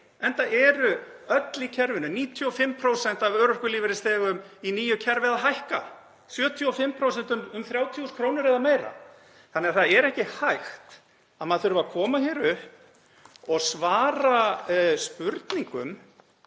enda eru öll í kerfinu, 95% af örorkulífeyrisþegum í nýju kerfi, að hækka; 75% um 30.000 kr. eða meira. Það er ekki hægt að maður þurfi að koma hér upp og svara spurningum